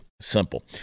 simple